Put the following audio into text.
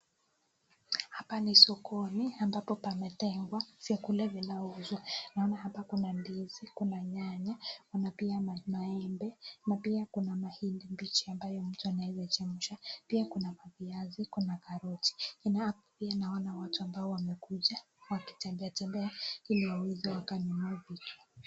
Hapa ni sokoni ambapo pametengwa vyakula vinavyouzwa, naona hapa kuna ndizi, kuna nyanya, kuna pia maembe n apia kuna mahindi mbichi ambayo mtu anaweza chemsha pia kuna viazi kuna karoti pia naona watu ambao wamekuja wakitembea tembea ili waweze wakanunua vitu.